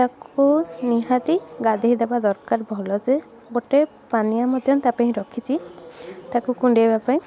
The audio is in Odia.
ତାକୁ ନିହାତି ଗାଧୋଇଦବା ଦରକାର ଭଲସେ ଗୋଟେ ପାନିଆ ମଧ୍ୟ ତା ପାଇଁ ରଖିଛି ତାକୁ କୁଣ୍ଡେଇବା ପାଇଁ